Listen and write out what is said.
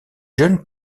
jeunes